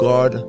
God